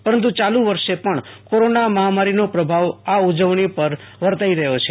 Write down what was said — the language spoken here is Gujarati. પરંતુ યાલુ વર્ષે પણ કોરોના મહામારીનો પ્રભાવ આ ઉજવણી પર વર્તાથો હતો